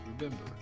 Remember